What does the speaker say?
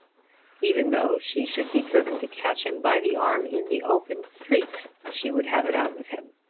even though she should be driven to catch him by the arm in the open street, she would have it out with him.